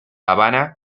habana